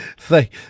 Thank